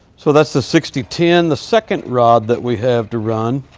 so that's the sixty ten. the second rod that we have to run,